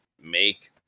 make